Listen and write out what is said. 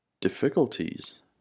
difficulties